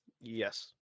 Yes